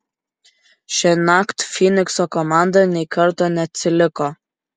šiąnakt fynikso komanda nei karto neatsiliko